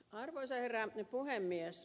arvoisa herra puhemies